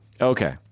okay